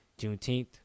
Juneteenth